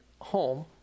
home